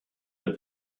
der